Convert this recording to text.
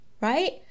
right